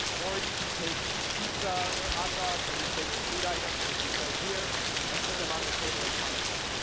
or you can take pizza or hot dogs or your favorite food items as we show here and put them on the table in front of you.